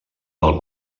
del